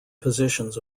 positions